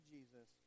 Jesus